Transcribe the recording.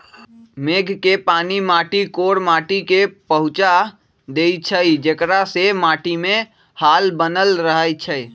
मेघ के पानी माटी कोर माटि में पहुँचा देइछइ जेकरा से माटीमे हाल बनल रहै छइ